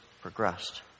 progressed